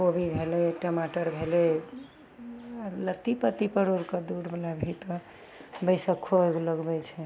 कोबी भेलै टमाटर भेलै लत्ती पत्ती परोरके दूरवला बैसक्खो आओर लोक लगबै छै